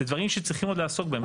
זה דברים שצריכים עוד לעסוק בהם.